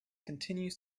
continues